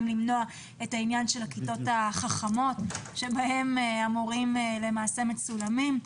למנוע את העניין של הכיתות החכמות בהן המורים למעשה מצולמים.